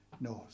knows